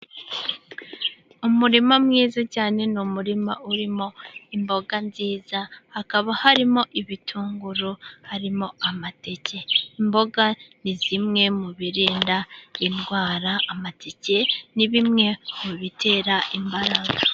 Umurima mwiza cyane ni umurima urimo imboga nziza hakaba harimo ibitunguru, harimo amateke. Imboga ni zimwe mu birinda indwara, amateke ni bimwe mu bitera imbaraga.